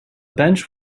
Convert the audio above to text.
bench